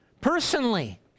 Personally